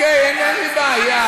אוקיי, אין לי בעיה.